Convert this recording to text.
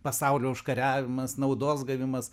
pasaulio užkariavimas naudos gavimas